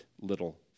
little